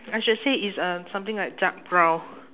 I should say it's uh something like dark brown